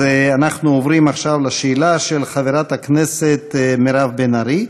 אנחנו עוברים עכשיו לשאלה של חברת הכנסת מירב בן ארי.